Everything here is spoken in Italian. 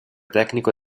tecnico